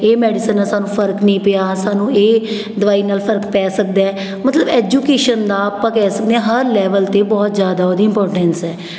ਇਹ ਮੈਡੀਸਨ ਨਾਲ ਸਾਨੂੰ ਫਰਕ ਨਹੀਂ ਪਿਆ ਸਾਨੂੰ ਇਹ ਦਵਾਈ ਨਾਲ ਫਰਕ ਪੈ ਸਕਦਾ ਹੈ ਮਤਲਬ ਐਜੂਕੇਸ਼ਨ ਦਾ ਆਪਾਂ ਕਹਿ ਸਕਦੇ ਹਾਂ ਹਰ ਲੈਵਲ 'ਤੇ ਬਹੁਤ ਜ਼ਿਆਦਾ ਉਹਦੀ ਇਮਪੋਰਟੈਂਸ ਹੈ